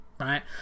right